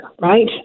right